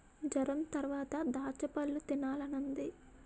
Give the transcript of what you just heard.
జొరంతరవాత దాచ్చపళ్ళు తినాలనున్నాది